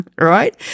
Right